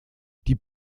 die